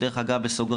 דרך אגב בסוגריים,